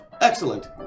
Excellent